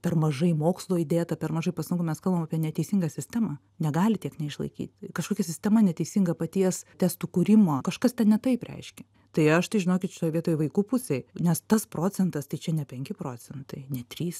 per mažai mokslo įdėta per mažai pastangų mes kalbam apie neteisingą sistemą negali tiek neišlaikyt kažkokia sistema neteisinga paties testų kūrimo kažkas ne taip reiškia tai aš tai žinokit šitoj vietoj vaikų pusėj nes tas procentas tai čia ne penki procentai ne trys